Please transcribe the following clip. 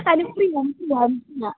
Anupriya Anupriya Anupriya